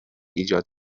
ایجاد